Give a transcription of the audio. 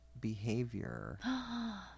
behavior